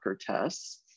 tests